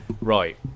Right